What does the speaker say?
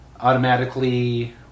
automatically